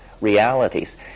realities